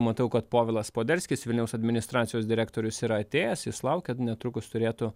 matau kad povilas poderskis vilniaus administracijos direktorius yra atėjęs jis laukia ir netrukus turėtų